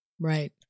Right